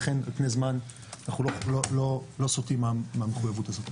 ולכן על פני זמן אנחנו לא סוטים מהמחויבות ה זאת.